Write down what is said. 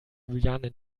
juliane